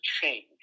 change